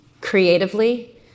creatively